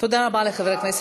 מה אמרת?